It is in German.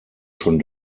schon